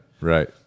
right